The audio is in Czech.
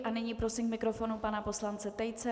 A nyní prosím k mikrofonu pana poslance Tejce.